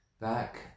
back